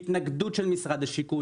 רוצה להודות לך, אדוני היושב-ראש,